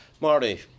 Marty